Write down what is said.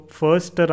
first